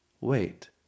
wait